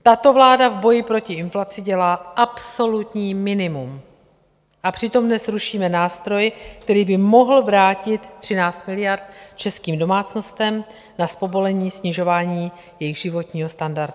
Tato vláda v boji proti inflaci dělá absolutní minimum, a přitom dnes rušíme nástroj, který by mohl vrátit 13 miliard českým domácnostem na zpomalení snižování jejich životního standardu.